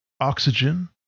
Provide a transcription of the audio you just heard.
oxygen